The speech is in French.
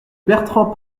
bertrand